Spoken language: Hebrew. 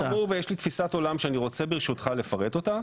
הוא חמור ויש לי תפיסת עולם שאני רוצה ברשותך לפרט אותה.